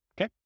okay